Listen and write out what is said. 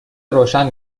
روشن